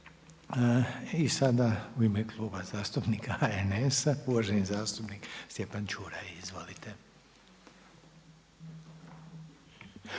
I sada u ime Kluba zastupnika HNS-a govorit će uvaženi zastupnik Stjepan Čuraj. Izvolite.